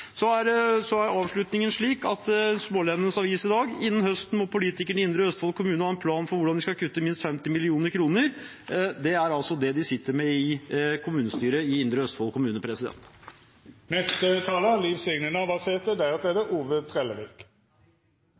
Avis i dag står det: «Innen høsten må politikerne i Indre Østfold kommune ha en plan for hvordan de skal kutte minst 50 millioner kroner.» Det er altså det de sitter med i kommunestyret i Indre Østfold kommune. I denne debatten er det òg viktig å diskutere meir enn berre dei økonomiske rammene, sjølv om dei er